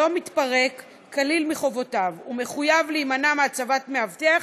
לא מתפרק כליל מחובותיו: הוא מחויב להימנע מהצבת מאבטח